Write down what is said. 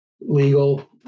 legal